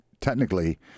Technically